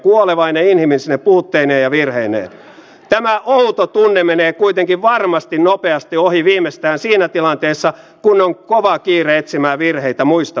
siksi on tärkeää että rajoilla on rauhallista ja saadaan sen verran määrärahoja lisää että on riittävä miehistö ja ennen kaikkea riittävän hyvä kalusto